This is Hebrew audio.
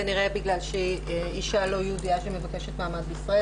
כנראה בגלל שהיא אישה לא יהודייה שמבקשת מעמד בישראל,